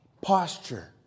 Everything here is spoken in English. posture